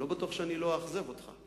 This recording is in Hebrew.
אני לא בטוח שאני לא אאכזב אותך,